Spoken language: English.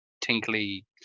tinkly